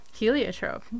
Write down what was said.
heliotrope